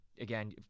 Again